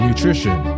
Nutrition